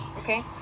Okay